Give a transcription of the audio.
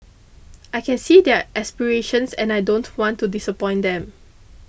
I can see their aspirations and I don't want to disappoint them